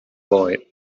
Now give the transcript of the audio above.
boy